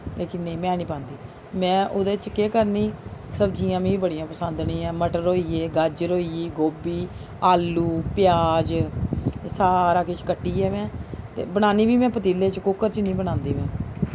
लेकिन नेईं में निं पांदी में ओह्दे च केह् करनी सब्जियां मी बड़ियां पसंद निं हैन जि'यां मटर होई गे गाजर होई गेई गोभी आलू प्याज सारा किश कट्टियै में ते बनान्नी फ्ही में पतीले च कुक्कर च निं बनांदी में